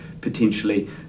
potentially